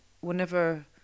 whenever